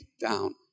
down